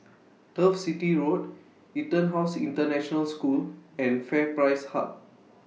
Turf City Road Etonhouse International School and FairPrice Hub